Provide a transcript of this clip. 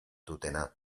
dutena